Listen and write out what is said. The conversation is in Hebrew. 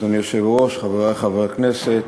אדוני היושב-ראש, חברי חברי הכנסת,